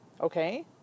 Okay